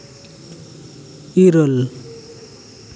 ᱤᱨᱟᱹᱞ